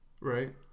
Right